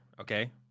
Okay